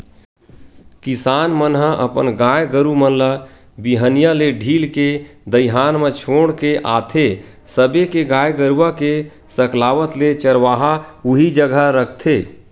किसान मन ह अपन गाय गरु मन ल बिहनिया ले ढील के दईहान म छोड़ के आथे सबे के गाय गरुवा के सकलावत ले चरवाहा उही जघा रखथे